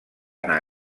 anar